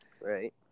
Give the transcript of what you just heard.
Right